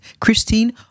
Christine